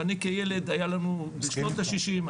ואני כילד היה לנו בשנות ה-60,